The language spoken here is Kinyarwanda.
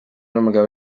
n’umugabo